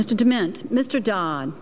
demand mr don